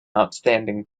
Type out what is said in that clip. outstanding